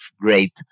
great